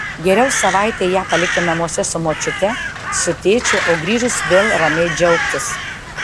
geriau savaitei ją palikti namuose su močiute su tėčiu o grįžus vėl ramiai džiaugtis